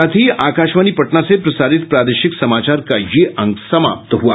इसके साथ ही आकाशवाणी पटना से प्रसारित प्रादेशिक समाचार का ये अंक समाप्त हुआ